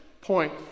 point